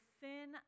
sin